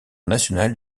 national